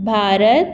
Bharat